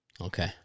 okay